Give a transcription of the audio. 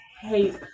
hate